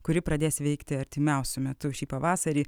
kuri pradės veikti artimiausiu metu šį pavasarį